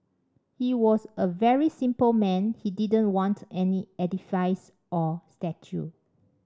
he was a very simple man he didn't want any edifice or statue